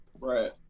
right